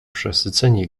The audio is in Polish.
przesyceni